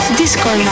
disco